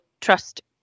trust